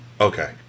Okay